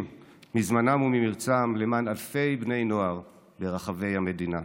מזמנם וממרצם למען אלפי בני נוער ברחבי המדינה.